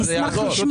אני אשמח לשמוע.